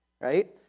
right